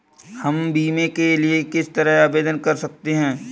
हम बीमे के लिए किस तरह आवेदन कर सकते हैं?